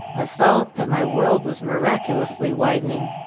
i felt that my world was miraculously widening.